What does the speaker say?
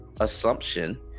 assumption